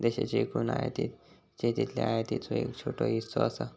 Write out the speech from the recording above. देशाच्या एकूण आयातीत शेतीतल्या आयातीचो एक छोटो हिस्सो असा